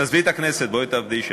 תעזבי את הכנסת, בוא תעבדי שם.